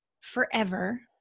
forever